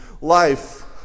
life